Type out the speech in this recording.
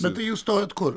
bet tai jūs stojot kur